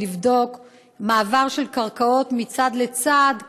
לבדוק מעבר של קרקעות מצד לצד,